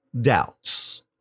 doubts